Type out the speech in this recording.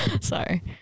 Sorry